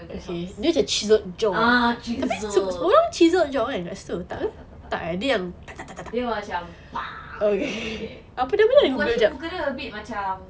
okay dia macam chiseled jaw eh abeh orang chiseled jaw kan dekat situ tak eh dia yang tak tak tak okay apa nama dia